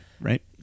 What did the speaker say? Right